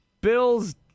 Bill's